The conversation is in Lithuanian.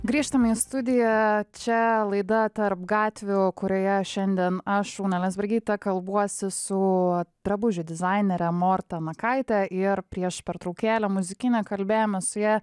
grįžtame į studiją čia laida tarp gatvių kurioje šiandien aš landsbergyė kalbuosi su drabužių dizainere morta nakaitė ir prieš pertraukėlę muzikinę kalbėjome su ja